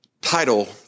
title